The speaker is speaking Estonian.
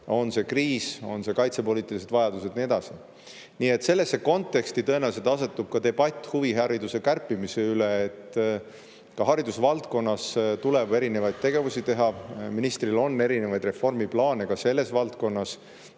on see kriis, on need kaitsepoliitilised vajadused ja nii edasi. Nii et sellesse konteksti tõenäoliselt asetub ka debatt huvihariduse kärpimise üle. Ka haridusvaldkonnas tuleb erinevaid tegevusi teha. Ministril on erinevaid reformiplaane selles valdkonnas